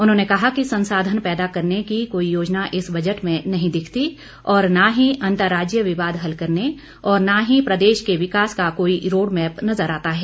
उन्होंने कहा कि संसाधन पैदा करने की कोई योजना इस बजट में नहीं दिखती और न ही अंतर्राज्यीय विवाद हल करने और न ही प्रदेश के विकास का कोई रोड़मैप नजर आता है